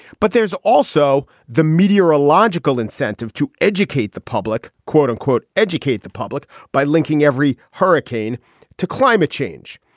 but there's also the meteorological incentive to educate the public quote unquote educate the public by linking every hurricane to climate change.